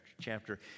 chapter